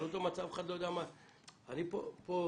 אני אפילו